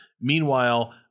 Meanwhile